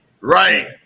Right